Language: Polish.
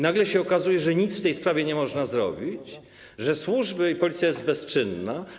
Nagle się okazuje, że nic w tej sprawie nie można zrobić, że służby i Policja są bezczynne.